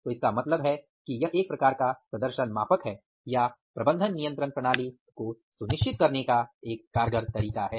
तो इसका मतलब है कि यह एक प्रकार का प्रदर्शन मापक है या प्रबंधन नियंत्रण प्रणाली को सुनिश्चित करने का एक तरीका है